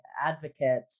advocate